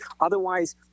Otherwise